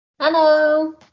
hello